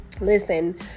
listen